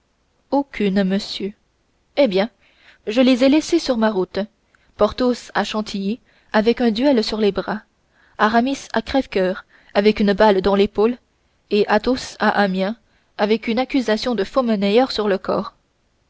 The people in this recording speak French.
aucune monsieur eh bien je les ai laissés sur ma route porthos à chantilly avec un duel sur les bras aramis à crèvecoeur avec une balle dans l'épaule et athos à amiens avec une accusation de fauxmonnayeur sur le corps